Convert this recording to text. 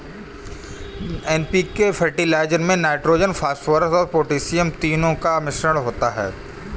NPK fertiliser में nitrogen, phosphorus और potassium तीनों का मिश्रण होता है